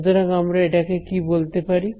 সুতরাং আমরা এটাকে কি বলতে পারি